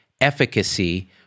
efficacy